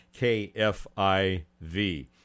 KFIV